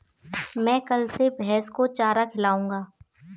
मैं कल से भैस को चारा खिलाऊँगा